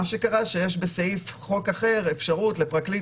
מה שקרה שבסעיף חוק אחר יש אפשרות לפרקליט